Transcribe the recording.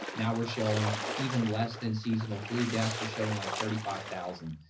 now we're showing even less than seasonal flu deaths. we're showing like thirty five thousand.